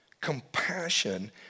compassion